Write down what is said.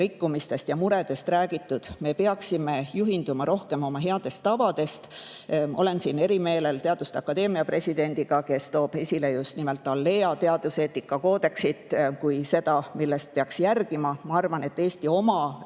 rikkumistest ja muredest räägitud, me peaksime juhinduma rohkem oma headest tavadest. Olen eri meelel teaduste akadeemia presidendiga, kes toob esile just nimelt ALLEA teaduseetika koodeksit kui seda, mida peaks järgima. Ma arvan, et Eesti oma,